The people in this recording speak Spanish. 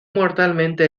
mortalmente